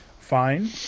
Fine